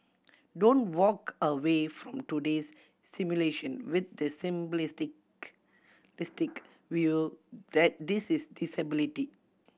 don't walk away from today's simulation with the simplistic view that this is disability